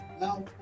Now